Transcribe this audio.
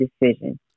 decision